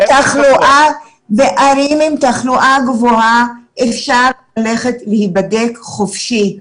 בערים עם תחלואה גבוהה אפשר ללכת להיבדק חופשי,